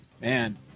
man